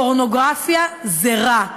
פורנוגרפיה זה רע.